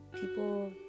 People